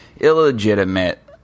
illegitimate